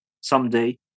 someday